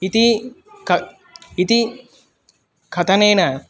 इति क इति कथनेन